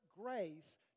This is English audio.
grace